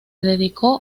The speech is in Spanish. dedicó